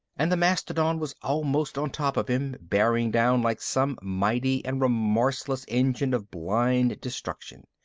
and the mastodon was almost on top of him, bearing down like some mighty and remorseless engine of blind destruction.